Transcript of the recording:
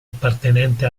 appartenente